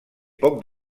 poc